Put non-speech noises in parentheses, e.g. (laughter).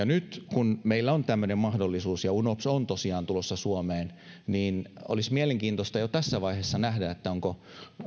(unintelligible) nyt kun meillä on tämmöinen mahdollisuus ja unops on tosiaan tulossa suomeen niin olisi mielenkiintoista jo tässä vaiheessa nähdä onko